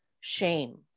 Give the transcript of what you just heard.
shame